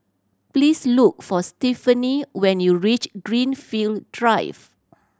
please look for Stephenie when you reach Greenfield Drive